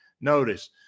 Notice